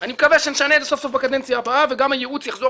אני מקווה שנשנה את זה סוף סוף בכנסת הבאה וגם הייעוץ יחזור